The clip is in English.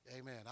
Amen